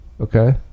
Okay